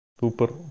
Super